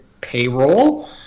payroll